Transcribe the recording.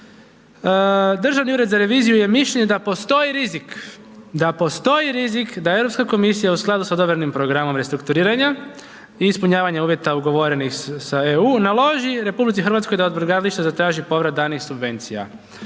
Državni ured za reviziju je mišljenja da postoji rizik, da postoji rizik da EU komisija u skladu sa dodanim programom restrukturiranja i ispunjavanja uvjeta ugovorenih sa EU naloži RH da od brodogradilišta zatraži povrat danih subvencija.